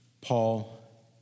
Paul